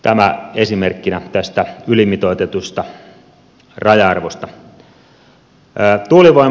tämä esimerkkinä tästä ylimitoitetusta raja arvosta